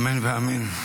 אמן ואמן.